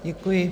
Děkuji.